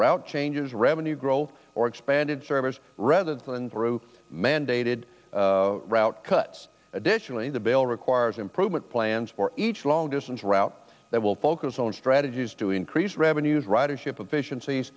route changes revenue growth or expanded service rather than through mandated route cuts additionally the bail requires improvement plans for each long distance route that will focus on strategies to increase revenues ridership efficienc